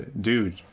dude